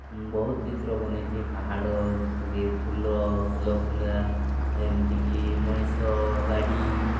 ବହୁତ ଚିତ୍ର ବନେଇଛି ପାହାଡ଼ ଯେପରିକି ଫୁଲ ଫୁଲ କୁଣ୍ଡା ଏମିତିକି ମଣିଷ ଗାଡ଼ି